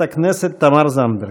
חברת הכנסת תמר זנדברג.